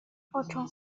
ocho